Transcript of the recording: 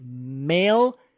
male